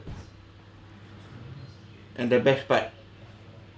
and the best part